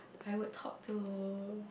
I would talk to